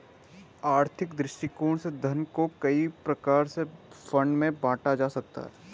आर्थिक दृष्टिकोण से धन को कई प्रकार के फंड में बांटा जा सकता है